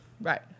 Right